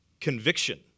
conviction